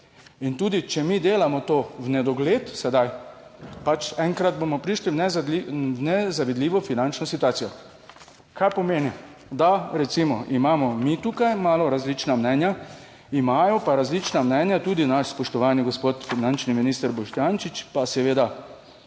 In tudi, če mi delamo to v nedogled, sedaj, pač enkrat bomo prišli v nezavidljivo finančno situacijo. Kar pomeni, da recimo imamo mi tukaj malo različna mnenja, imajo pa različna mnenja, tudi naš spoštovani gospod finančni minister Boštjančič, pa seveda